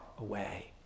away